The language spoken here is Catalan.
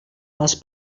les